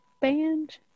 band